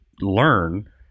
learn